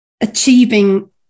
achieving